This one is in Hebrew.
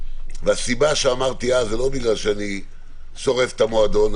והסיבה שאמרתי אז היא לא בגלל שאני שורף את המועדון,